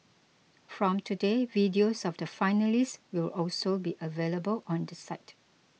from today videos of the finalists will also be available on the site